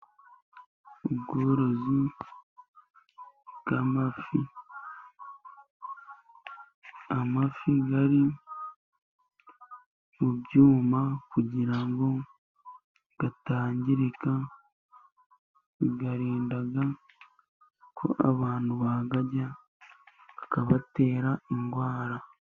Ubworozi bw'amafi, amafi ari mu byuma kugira ngo atangirika. Biyarinda ko abantu bayarya akabatera indwara.